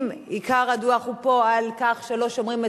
אם עיקר הדוח הוא על כך שלא שומרים על